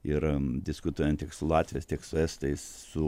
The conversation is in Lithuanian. ir diskutuojant tiek su latviais tiek su estais su